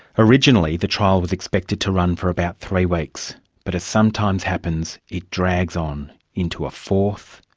originally the trial was expected to run for about three weeks, but as sometimes happens, it drags on into a fourth,